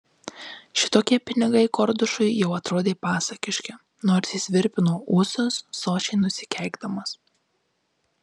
šitokie pinigai kordušui jau atrodė pasakiški nors jis virpino ūsus sočiai nusikeikdamas